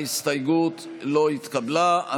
ההסתייגות לא התקבלה.